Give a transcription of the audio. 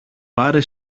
πάρε